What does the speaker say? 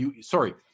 sorry